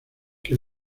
que